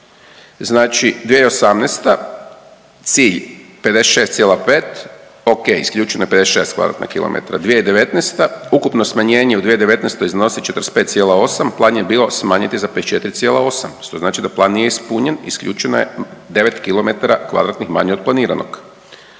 znači 2018. cilj 56,5 o.k. Isključeno je 56 kvadratna kilometra. 2019. ukupno smanjenje u 2019. iznosi 45,8. Plan je bio smanjiti za 54,8 što znači da plan nije ispunjen. Isključeno je 9 km kvadratnih manje od planiranog.